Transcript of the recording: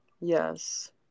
Yes